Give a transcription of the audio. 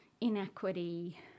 inequity